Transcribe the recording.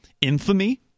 infamy